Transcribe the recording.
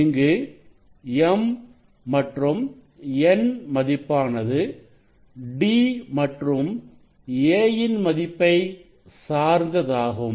இங்கு m மற்றும் n மதிப்பானது d மற்றும் a ன் மதிப்பை சார்ந்ததாகும்